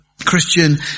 Christian